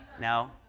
No